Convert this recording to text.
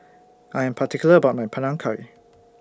I Am particular about My Panang Curry